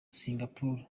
singapore